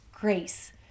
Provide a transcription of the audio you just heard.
grace